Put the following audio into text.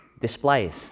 displays